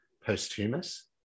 posthumous